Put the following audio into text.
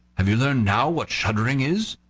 have you learned now what shuddering is?